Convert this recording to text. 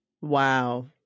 Wow